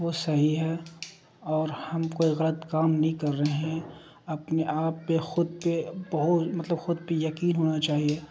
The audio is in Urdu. وہ صحیح ہے اور ہم کوئی غلط کام نہیں کر رہے ہیں اپنے آپ پہ خود پہ بہ مطلب خود پہ یقین ہونا چاہیے